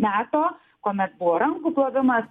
meto kuomet buvo rankų plovimas